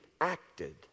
acted